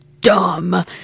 dumb